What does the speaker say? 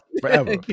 Forever